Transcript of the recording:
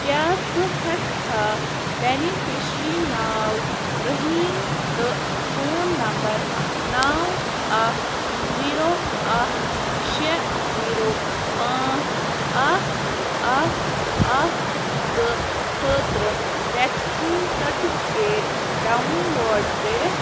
کیٛاہ ژٕ ہٮ۪کہٕ کھا بینِفِشری ناو رحیٖم تہٕ فون نمبَر نَو اَکھ زیٖرو اَکھ شےٚ زیٖرو پانٛژھ اَکھ اَکھ اَکھ زٕ خٲطرٕ وٮ۪کسیٖن سرٹِفِکیٹ ڈاوُن لوڈ کٔرِتھ